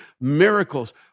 miracles